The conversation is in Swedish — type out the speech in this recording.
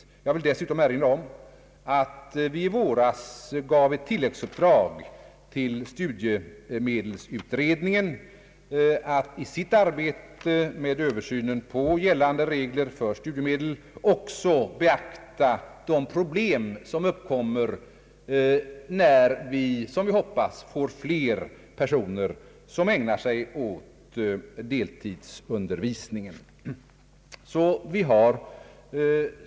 Jag vill dessutom erinra om att vi i våras gav i tilläggsuppdrag till studiemedelsutredningen att i sitt arbete med översynen av gällande regler för studiemedel även beakta de problem som uppkommer när antalet deltidsstuderande växer.